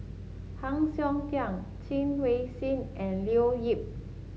Heng Siok Tian Chen Wen Hsi and Leo Yip